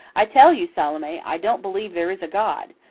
i tell you, salome, i don't believe there is a god.